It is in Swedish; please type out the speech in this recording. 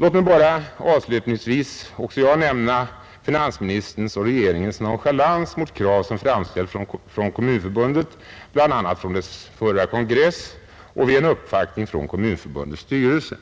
Låt mig avslutningsvis bara nämna finansministerns och regeringens nonchalans mot krav som framförts av Kommunförbundet, bl.a. av dess förra kongress och vid en uppvaktning från Kommunförbundets styrelse.